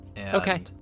Okay